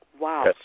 Wow